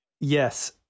Yes